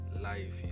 life